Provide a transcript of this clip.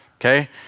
okay